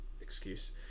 excuse